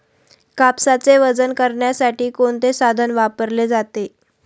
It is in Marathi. कापसाचे वजन करण्यासाठी कोणते साधन वापरले जाते?